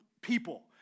people